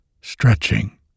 stretching